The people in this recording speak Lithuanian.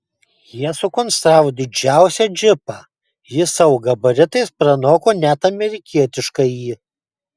jie sukonstravo didžiausią džipą jis savo gabaritais pranoko net amerikietiškąjį